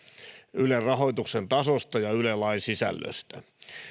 ylen rahoituksen tasosta ja yle lain sisällöstä